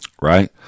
Right